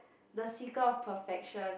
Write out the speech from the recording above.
the seeker of perfection